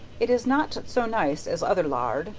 it is not so nice as other lard,